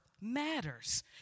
matters